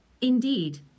Indeed